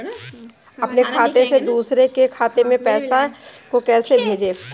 अपने खाते से दूसरे के खाते में पैसे को कैसे भेजे?